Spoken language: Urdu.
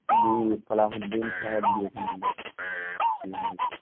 جی فلاح الدین صاحب دیے تھے نمبر جی